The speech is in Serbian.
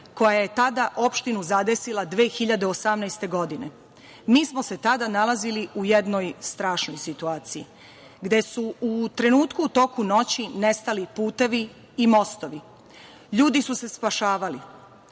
koja je tada opštinu zadesila 2018. godine. Mi smo se tada nalazili u jednoj strašnoj situaciji, gde su u trenutku u toku noći nestali putevi i mostovi. Ljudi su se spašavali. Velikim